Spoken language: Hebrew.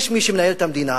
יש מי שמנהל את המדינה.